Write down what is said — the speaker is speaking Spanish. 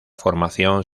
formación